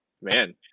man